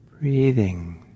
breathing